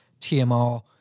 TMR